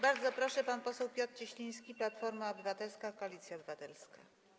Bardzo proszę, pan poseł Piotr Cieśliński, Platforma Obywatelska - Koalicja Obywatelska.